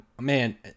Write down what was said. man